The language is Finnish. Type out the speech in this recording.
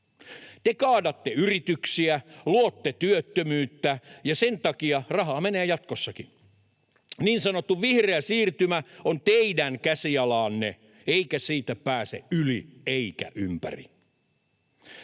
Te kaadatte yrityksiä, luotte työttömyyttä, ja sen takia rahaa menee jatkossakin. Niin sanottu ”vihreä siirtymä” on teidän käsialaanne, eikä siitä pääse yli eikä ympäri.